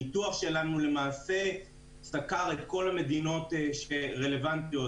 הניתוח שלנו למעשה סקר את כל המדינות שרלוונטיות,